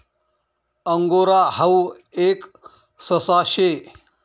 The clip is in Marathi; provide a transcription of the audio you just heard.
अंगोरा हाऊ एक ससा शे